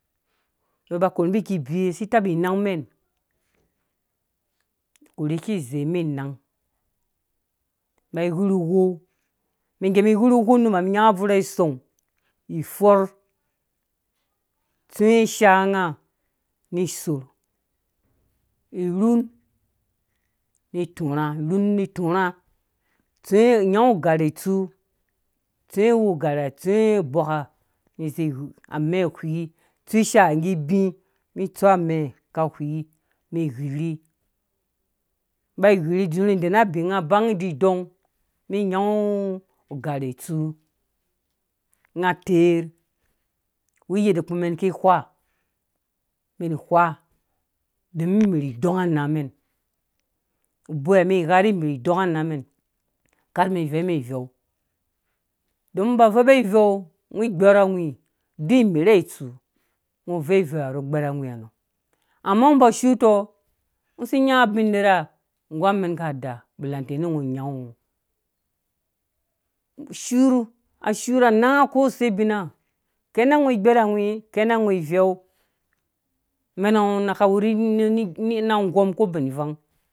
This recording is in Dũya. Mbi ba korhe mbi ki bewe si tabi inang mɛn korhe ki zei mɛn nang mba wirhu wou mi ngge mi wirhi uwou num ha mi nyanga abvura song ifor tsuwe ishaa nga ni sorh irhen ni turha rhon ni turha tsuwe ngau ugarhe itsu tsuwe wu garhe ha tsũwe wu garhe tsũwe ubɛka amɛ whii tsũ shaaha ngge bi mentsu amɛ ka whii ni whirhi mba whirhi zurhi iden na abi nga banyi ididɔn mɛn naũ ugarhe tsu nga tɛr wu yedde kpumɛn ki wha mɛn ki wha mɛn wha omin merh idong na anaa mɛn boi ha mɛn ghaa ni imerh idɔng na naa mɛn boi. ha mɛngha ni imerh idong na anaa mɛn kar mɛn veumɛ veu don ba vɛubɔ ivɛu ngo gbere awii duk imerha itsu ngɔ vɛu ivɛuha rɔ nu gbɛrh awii ha nɔ amma ngɔ ba so shutɔ ngɔ sinyaɔ ubin nerha nggu amea ka daa bele tana ngɔ nyangaɔ shurh a shurh a nanga koseb bina kena ngɔ igbɛr awii kena ngo ivɛu mɛna ngɔ na ka wu na gɔm ko bɛn ivang.